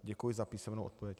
Děkuji za písemnou odpověď.